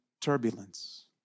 turbulence